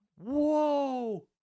Whoa